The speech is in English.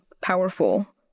powerful